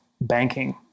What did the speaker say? banking